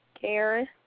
Karen